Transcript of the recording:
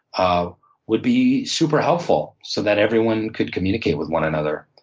ah would be super helpful so that everyone could communicate with one another.